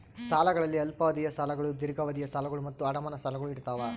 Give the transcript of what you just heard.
ಸಾಲಗಳಲ್ಲಿ ಅಲ್ಪಾವಧಿಯ ಸಾಲಗಳು ದೀರ್ಘಾವಧಿಯ ಸಾಲಗಳು ಮತ್ತು ಅಡಮಾನ ಸಾಲಗಳು ಇರ್ತಾವ